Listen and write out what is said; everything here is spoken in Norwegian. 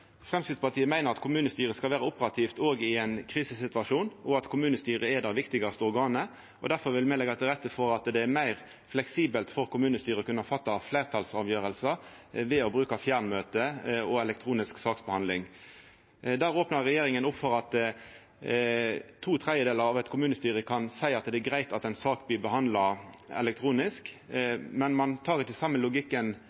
Framstegspartiet meiner at kommunestyret skal vera operativt òg i ein krisesituasjon, og at kommunestyret er det viktigaste organet. Difor vil me leggja til rette for at det er meir fleksibelt for kommunestyret å kunna ta fleirtalsavgjerder ved å bruka fjernmøte og elektronisk saksbehandling. Der opnar regjeringa opp for at to tredjedelar av eit kommunestyre kan seia at det er greitt at ei sak blir behandla elektronisk,